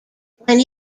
when